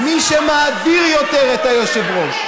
מי שמאדיר יותר את היושב-ראש,